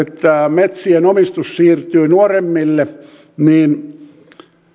metsien omistus siirtyy nuoremmille niin